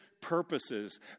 purposes